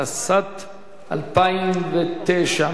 התשס"ט 2009,